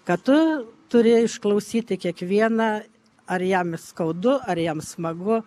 kad tu turi išklausyti kiekvieną ar jam skaudu ar jam smagu